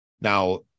Now